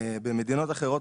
במדינות אחרות,